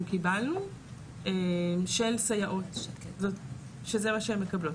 קיבלנו של סייעות שזה מה שהן מקבלות.